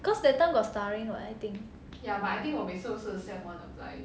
cause that time got [what] I think